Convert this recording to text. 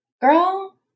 Girl